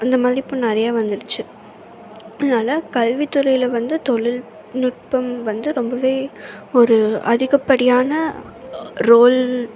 அந்த மதிப்பு நிறையா வந்துடுச்சு அதனால கல்வித்துறையில் வந்து தொழில்நுட்பம் வந்து ரொம்ப ஒரு அதிகப்படியான ரோல்